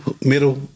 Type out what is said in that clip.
middle